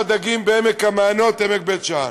בעמק המעיינות, עמק בית שאן.